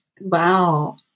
wow